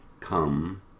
come